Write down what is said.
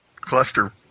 cluster